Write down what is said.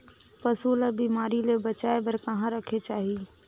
पशु ला बिमारी ले बचाय बार कहा रखे चाही?